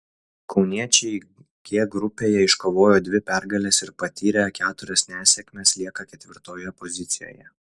kauniečiai g grupėje iškovoję dvi pergales ir patyrę keturias nesėkmes lieka ketvirtoje pozicijoje